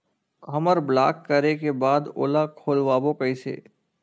हमर ब्लॉक करे के बाद ओला खोलवाबो कइसे?